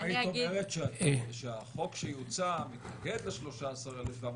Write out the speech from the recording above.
אם היית אומרת שהחוק שיוצע מתנגד ל-13,750